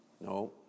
No